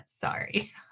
sorry